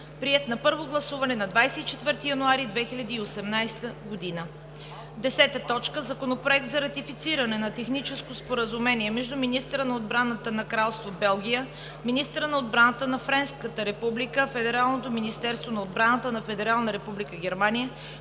Приет на първо гласуване на 24 януари 2018 г. 10. Законопроект за ратифициране на Техническо споразумение между министъра на отбраната на Кралство Белгия, министъра на отбраната на Френската република, Федералното министерство на отбраната на Федерална република Германия,